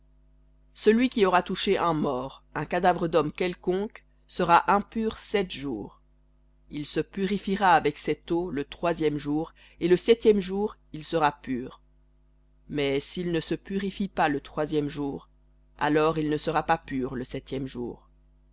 celui qui aura touché un mort un cadavre d'homme quelconque sera impur sept jours il se purifiera avec cette le troisième jour et le septième jour il sera pur mais s'il ne se purifie pas le troisième jour alors il ne sera pas pur le septième jour